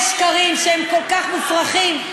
יש שקרים שהם כל כך מופרכים,